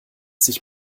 sich